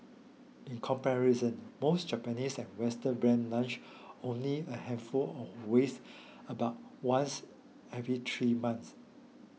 in comparison most Japanese and Western brands launch only a handful of wares about once every three months